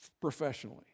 professionally